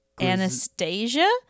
anastasia